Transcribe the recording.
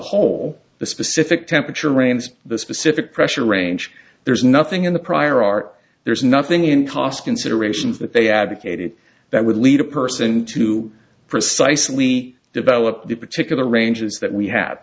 whole the specific temperature ranges the specific pressure range there's nothing in the prior art there's nothing in cost considerations that they advocated that would lead a person to precisely develop the particular ranges that we ha